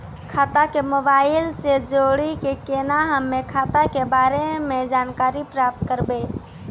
खाता के मोबाइल से जोड़ी के केना हम्मय खाता के बारे मे जानकारी प्राप्त करबे?